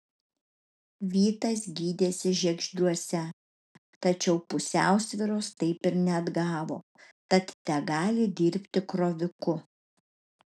vytas gydėsi žiegždriuose tačiau pusiausvyros taip ir neatgavo tad tegali dirbti kroviku